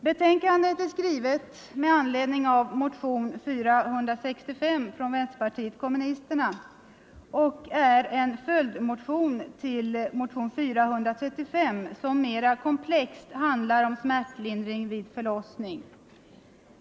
Betänkandet behandlar motionen 465 från vänsterpartiet kommunisterna, och den motionen är en följdmotion till motionen 435, vilken mera komplext handlar om smärtlindring vid förlossning.